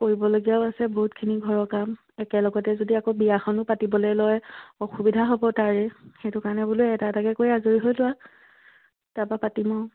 কৰিবলগীয়াও আছে বহুতখিনি ঘৰৰ কাম একেলগতে যদি আকৌ বিয়াখনো পাতিবলৈ লয় অসুবিধা হ'ব তাৰে সেইটো কাৰণে বোলো এটা এটাকে কৰি আজৰি হৈ যোৱা তাৰপৰা পাতিম আৰু